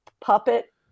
puppet